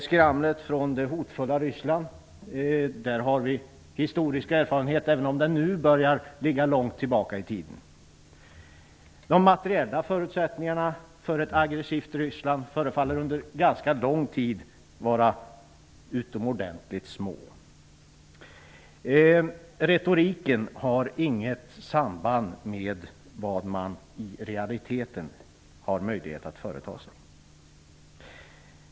Skramlet från det hotfulla Ryssland har vi historiska erfarenheter av, även om de nu börjar ligga långt tillbaka i tiden. De materiella förutsättningarna för ett aggressivt Ryssland förefaller vara utomordentligt små under ganska lång tid. Retoriken har inget samband med vad man i realiteten har möjlighet att företa sig.